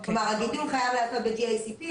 כלומר, הבידוק חייב להיעשות ב-GACP.